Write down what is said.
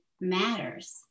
matters